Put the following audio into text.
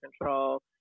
control